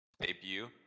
debut